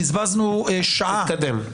בזבזנו שעה -- תתקדם.